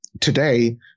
today